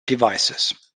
devices